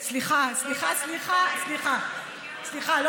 סליחה, סליחה, סליחה, סליחה, סליחה.